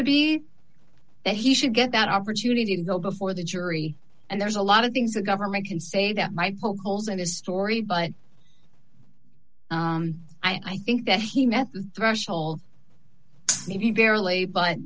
to be that he should get that opportunity to go before the jury and there's a lot of things the government can say that michael coles and his story but i think that he met the threshold maybe barely but